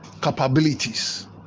capabilities